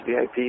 VIP